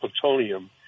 plutonium